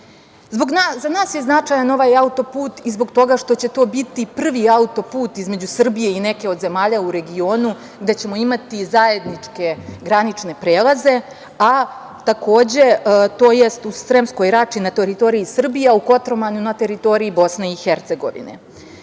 Za nas je značajan ovaj autoput i zbog toga što će to biti prvi autoput između Srbije i neke od zemalja u regionu gde ćemo imati zajedničke granične prelaze, a takođe tj. u Sremskoj Rači na teritoriji Srbije, a u Kotromanu na teritoriji BiH.Ovi